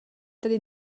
tady